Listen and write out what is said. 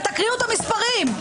ותקריאו את המספרים.